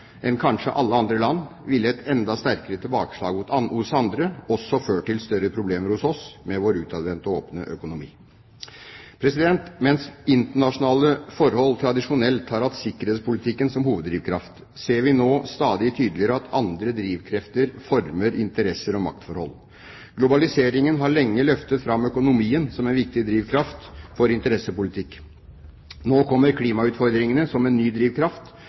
enn kanskje alle andre land, ville et enda sterkere tilbakeslag hos andre også ført til større problemer hos oss, med vår utadvendte og åpne økonomi. Mens internasjonale forhold tradisjonelt har hatt sikkerhetspolitikken som hoveddrivkraft, ser vi nå stadig tydeligere at andre drivkrefter former interesser og maktforhold. Globaliseringen har lenge løftet fram økonomien som en viktig drivkraft for interessepolitikk. Nå kommer klimautfordringene som en ny drivkraft,